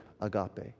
agape